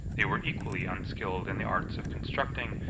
they were equally unskilled in the arts of constructing,